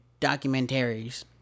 documentaries